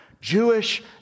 Jewish